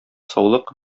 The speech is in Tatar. саулык